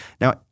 Now